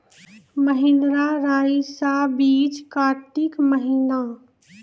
महिंद्रा रईसा बीज कार्तिक महीना?